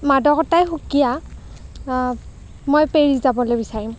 মাদকতাই সুকীয়া মই পেৰিছ যাবলৈ বিচাৰিম